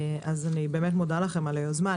אני באמת מודה לכם על היוזמה.